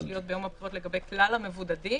להיות ביום הבחירות לגבי כלל המבודדים,